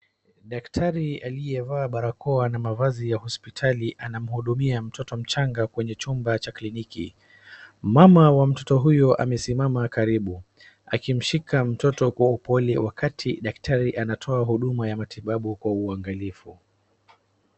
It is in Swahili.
Daktari aliyevaa barakoa na mavazi ya haspitali anamhudumia mtoto mchanga kwenye chumba cha kliniki , mama wa mtoto huyo amesimama karibu akimshika mtoto kwa upole wakati daktari anatoa huduma ya matibabu kwa uangalifu.